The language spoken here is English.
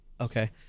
Okay